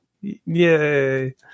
Yay